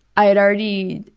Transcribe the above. i had already